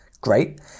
Great